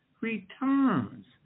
returns